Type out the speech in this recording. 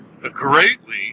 greatly